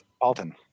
Alton